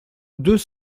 deux